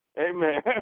Amen